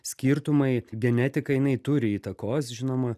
skirtumai genetika jinai turi įtakos žinoma